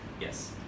yes